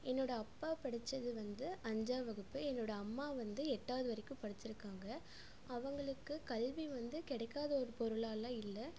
என்னோடய அப்பா படிச்சது வந்து அஞ்சாம் வகுப்பு என்னோடய அம்மா வந்து எட்டாவது வரைக்கும் படித்திருக்காங்க அவங்களுக்கு கல்வி வந்து கிடைக்காத ஒரு பொருளாலாம் இல்லை